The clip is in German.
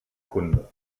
kunde